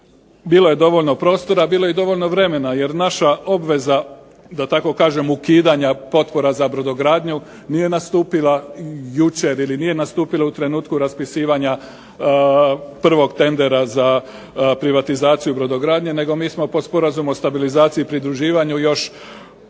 Bilo je dovoljno prostora, bilo je i dovoljno vremena. Jer naša obveza, da tako kažem, ukidanja potpora za brodogradnju nije nastupila jučer ili nije nastupila u trenutku raspisivanja prvog tendera za privatizaciju brodogradnje nego mi smo po Sporazumu o stabilizaciju i pridruživanju još mislimo